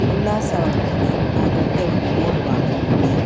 ಉಲ್ಲಾಸವಾಗುತ್ತದೆ ಆ ನೃತ್ಯವನ್ನು ನೋಡುವಾಗ ನಮಗೆ